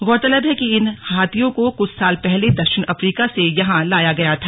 गौरतलब है कि इन हाथियों को कुछ साल पहले दक्षिण अफ्रीका से यहां लाया गया था